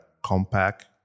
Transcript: Compact